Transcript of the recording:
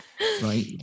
Right